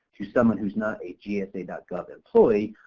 to someone who's not a gsa gov employee,